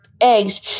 eggs